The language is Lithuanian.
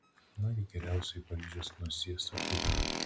nagi geriausioji paryžiaus nosie sakyk